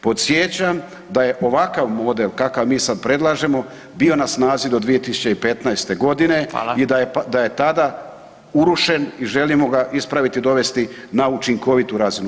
Podsjećam da je ovakav model kakav mi sad predlažemo, bio na snazi do 2015. g. i da je tada urušen i želimo ga ispraviti i dovesti na učinkovitu razinu.